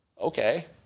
Okay